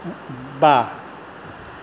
बा